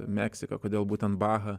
meksika kodėl būtent baha